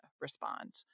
respond